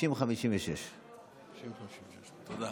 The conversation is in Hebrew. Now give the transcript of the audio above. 56:50. תודה.